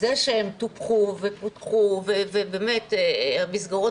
זה שהם טופחו ופותחו ובאמת המסגרות